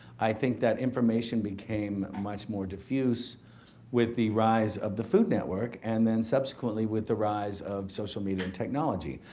i think that information became much more diffuse with the rise of the food network and then subsequently with the rise of social media and technology.